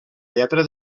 lletra